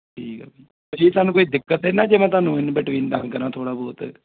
ਠੀਕ ਆ ਜੀ ਭਾਅ ਜੀ ਤੁਹਾਨੂੰ ਕੋਈ ਦਿੱਕਤ ਤਾਂ ਨਾ ਜੇ ਮੈਂ ਤੁਹਾਨੂੰ ਇਨ ਬਿਟਵੀਨ ਤੰਗ ਕਰਾ ਥੋੜ੍ਹਾ ਬਹੁਤ